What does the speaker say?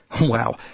Wow